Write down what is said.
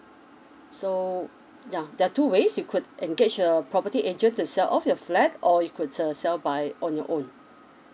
so yeah there are two ways you could engage a property agent to sell off your flat or you could uh sell by on your own